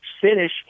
finish